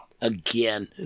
Again